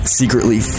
secretly